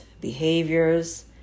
behaviors